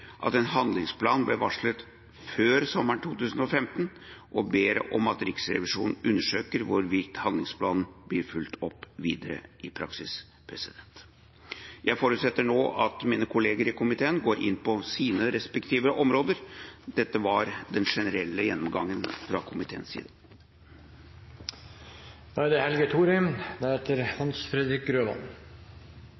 at en handlingsplan ble varslet før sommeren 2015 og ber om at Riksrevisjonen undersøker hvorvidt handlingsplanen blir fulgt opp videre i praksis. Jeg forutsetter nå at mine kolleger i komiteen går inn på sine respektive områder. Dette var den generelle gjennomgangen fra komiteens